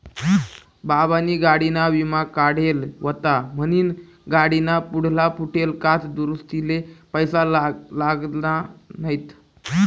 बाबानी गाडीना विमा काढेल व्हता म्हनीन गाडीना पुढला फुटेल काच दुरुस्तीले पैसा लागना नैत